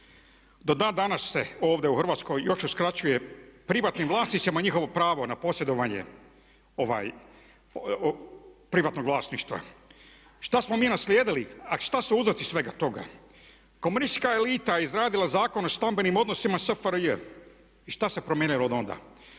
Do dan danas se ovdje u Hrvatskoj još uskraćuje privatnim vlasnicima njihovo pravo na posjedovanje privatnog vlasništva. Šta smo mi naslijedili a šta su uzroci svega toga? Komunistička elita je izradila Zakon o stambenim odnosima SFRJ. I šta se promijenilo od onda?